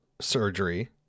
surgery